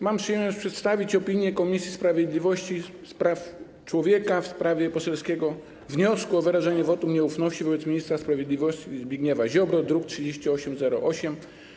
Mam przyjemność przedstawić opinię Komisji Sprawiedliwości i Praw Człowieka w sprawie poselskiego wniosku o wyrażenie wotum nieufności wobec ministra sprawiedliwości Zbigniewa Ziobro, druk nr 3808.